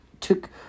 took